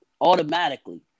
automatically